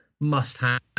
must-have